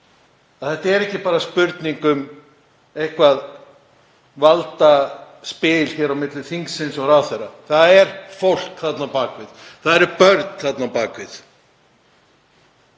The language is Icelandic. þetta er ekki bara spurning um eitthvert valdaspil á milli þingsins og ráðherra. Það er fólk þarna á bak við. Það eru börn þarna á bak við.